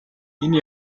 энэ